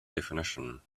definition